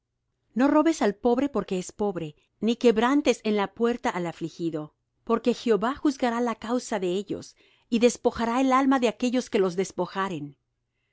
no robes al pobre porque es pobre ni quebrantes en la puerta al afligido porque jehová juzgará la causa de ellos y despojará el alma de aquellos que los despojaren no